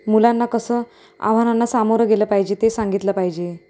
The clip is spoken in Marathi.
मुलांना कसं आव्हानांना सामोरं गेलं पाहिजे ते सांगितलं पाहिजे